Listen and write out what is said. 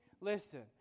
Listen